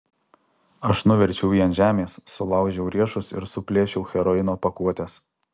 aš nuverčiau jį ant žemės sulaužiau riešus ir suplėšiau heroino pakuotes